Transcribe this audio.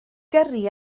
gyrru